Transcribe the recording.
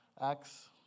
Acts